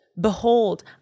Behold